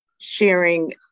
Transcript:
sharing